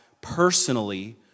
personally